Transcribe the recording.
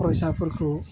फरायसाफोरखौ